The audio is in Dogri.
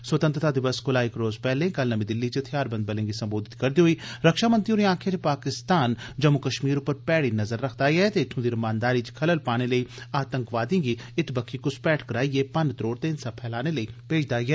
स्वतंत्रता दिवस कोला इक रोज़ पैह्ले कल नमीं दिल्ली च थेआरबंद बलें गी संबोधित करदे होई रक्षामंत्री होरें आक्खेआ जे पाकिस्तान जम्मू कष्मीर पर मैड़ी नज़र रखदा ऐ ते इत्थू दी रमानदारी च खलल पाने लेई आतंकवादिएं गी इत बक्खी घुसपैठ कराइए भन्नत्रोड ते हिंसा फैलाने लेई भेजदा ऐ